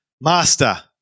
Master